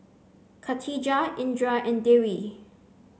Khatijah Indra and Dewi